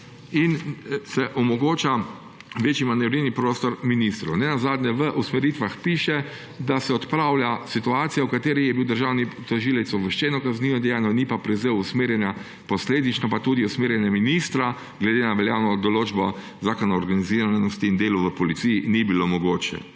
in se omogoča večji manevrski prostor ministru. Nenazadnje, v usmeritvah piše, da se odpravlja situacija, v kateri je bil državni tožilec obveščen o kaznivem dejanju, ni pa prevzel usmerjanja, posledično pa tudi usmerjanje ministra, glede na veljavno določbo Zakona o organiziranosti in delu v policiji, ni bilo mogoče.